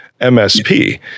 msp